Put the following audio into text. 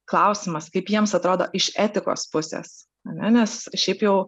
klausimas kaip jiems atrodo iš etikos pusės ar ne nes šiaip jau